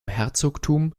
herzogtum